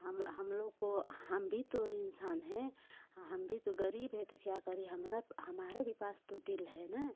हम हम लोग को हम भी तो इंसान हैं हम भी तो गरीब है तो क्या करें हमरा हमारे पास भी तो दिल है ना